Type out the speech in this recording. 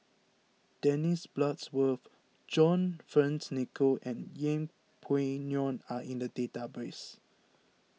Dennis Bloodworth John Fearns Nicoll and Yeng Pway Ngon are in the database